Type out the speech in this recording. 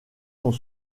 sont